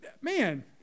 Man